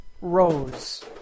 rose